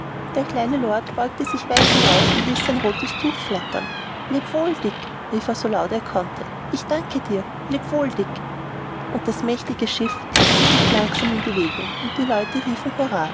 der kleine lord fauntleroy beugte sich weit hinaus und ließ sein rotes tuch flattern leb wohl dick rief er so laut er konnte ich danke dir leb wohl dick und das mächtige schiff setzte sich langsam in bewegung die leute riefen hurra